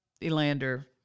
Elander